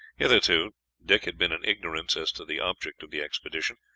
hitherto, dick had been in ignorance as to the object of the expedition.